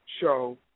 show